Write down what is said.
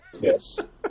Yes